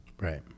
Right